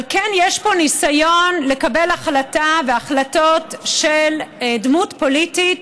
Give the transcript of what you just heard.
אבל כן יש פה ניסיון של דמות פוליטית